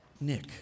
Nick